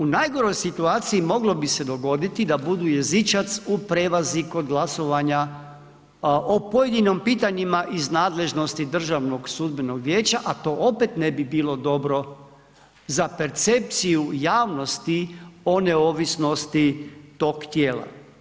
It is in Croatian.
U najgoroj situaciji moglo bi se dogoditi da budu jezičac u prevazi kod glasovanja o pojedinim pitanjima iz nadležnosti DSV-a, a to opet ne bi bilo dobro za percepciju javnosti o neovisnosti tog tijela.